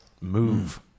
move